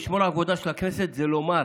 לשמור על כבודה של הכנסת זה לומר